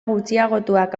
gutxiagotuak